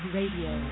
Radio